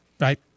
right